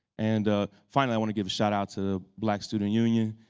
and finally, i want to give a shout out to the black student union.